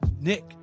Nick